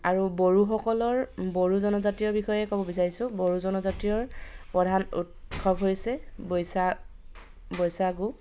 আৰু বড়োসকলৰ বড়ো জনজাতীয় বিষয়ে ক'ব বিচাৰিছোঁ বড়ো জনজাতীয়ৰ প্ৰধান উৎসৱ হৈছে বৈশা বৈশাগু